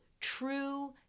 True